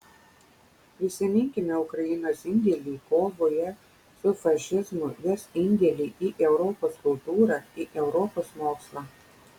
prisiminkime ukrainos indėlį kovoje su fašizmu jos indėlį į europos kultūrą į europos mokslą